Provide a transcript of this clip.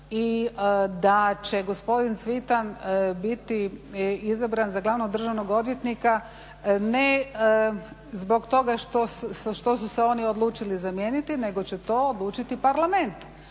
I da će gospodin Cvitan biti izabran za glavnog državnog odvjetnika ne zbog toga što su se oni odlučili zamijeniti nego će to odlučiti parlament,